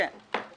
בדיוק.